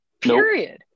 period